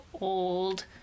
old